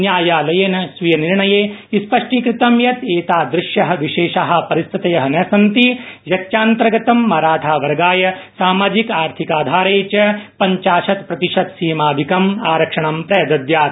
न्यायालयेन स्वीयनिर्णये स्पष्टीकत यत एतादृश्य विशेषा परिस्थितय न सन्ति यच्चान्तर्गत मराठा वर्गाय समाजिक आर्थिकाधारे च पंचाँशत्प्रतिशत सीमाधिक आरक्षण प्रदधात